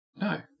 No